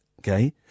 okay